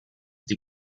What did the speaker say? die